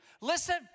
Listen